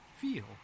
feel